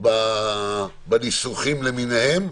בניסוחים למיניהם.